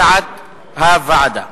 כהצעת הוועדה.